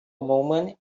moment